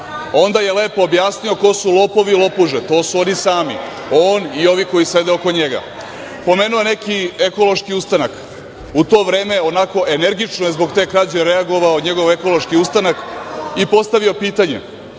onda je lepo objasnio ko su lopovi i lopuže, to su oni sami. On i ovi koji sede oko njega. Pomenuo je neki „Ekološki ustanak“. U to vreme je onako energično zbog te krađe reagovao njegov „Ekološki ustanak“ i postavio pitanje,